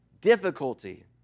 difficulty